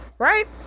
Right